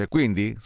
Quindi